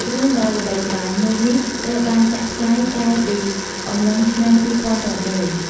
រឿងដ៏ល្បីល្បាញមួយនេះ ត្រូវបានចាក់ផ្សាយកាលពីអំឡុងឆ្នាំ២០០៦។